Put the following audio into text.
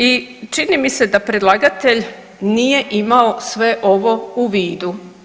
I čini mi se da predlagatelj nije imao sve ovo u vidu.